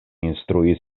instruis